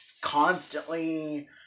constantly